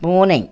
பூனை